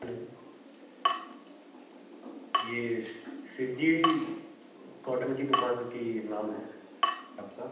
hello ये Shiv ji cotton की दुकान की नाम है आपका